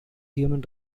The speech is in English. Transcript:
human